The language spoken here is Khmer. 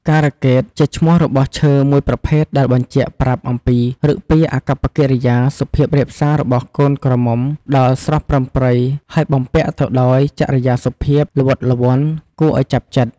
ការកេត ជាឈ្មោះរបស់ឈើមួយប្រភេទដែលបញ្ជាក់ប្រាប់អំពីឬកពារអាកប្បកិរិយាសុភាបរាបសាររបស់កូនក្រមុំដ៏ស្រស់ប្រិមប្រិយហើយបំពាក់ទៅដោយចរិយាសុភាពល្វតល្វន់ គួរឲ្យចាប់ចិត្ត។